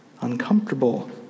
uncomfortable